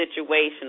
situation